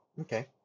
Okay